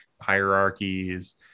hierarchies